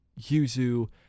Yuzu